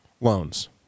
loans